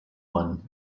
one